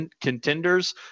contenders